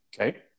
Okay